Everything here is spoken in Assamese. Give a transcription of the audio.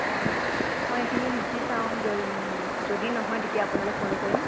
অ মই এইখিনি সিঁচি চাওঁ য যদি নহয় তেতিয়া আপোনালৈ ফোন কৰিম